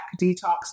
detox